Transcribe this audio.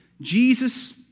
Jesus